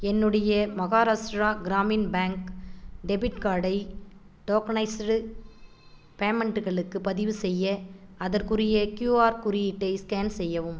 என்னுடைய Maharashtra Gramin bank debit கார்டை tokenised பேமெண்ட்டுகளுக்கு பதிவு செய்ய அதற்குரிய கியூஆர் குறியீட்டை ஸ்கேன் செய்யவும்